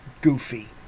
goofy